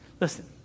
Listen